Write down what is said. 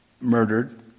murdered